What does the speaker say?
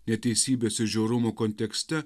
neteisybės ir žiaurumo kontekste